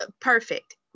perfect